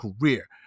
career